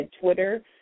Twitter